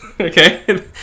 okay